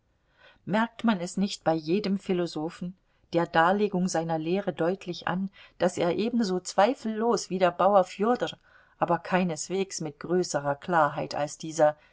merkt man es nicht bei jedem philosophen der darlegung seiner lehre deutlich an daß er ebenso zweifellos wie der bauer fjodor aber keineswegs mit größerer klarheit als dieser